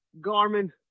Garmin